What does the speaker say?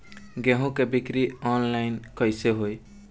गेहूं के बिक्री आनलाइन कइसे होई?